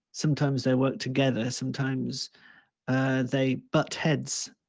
sometimes they work together, sometimes they butt heads.